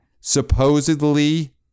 supposedly